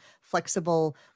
flexible